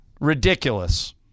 ridiculous